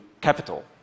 capital